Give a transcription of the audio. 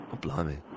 blimey